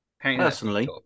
Personally